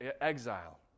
exile